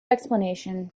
explanation